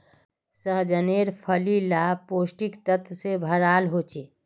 सह्जानेर फली ला पौष्टिक तत्वों से भराल होचे